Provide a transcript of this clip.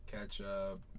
Ketchup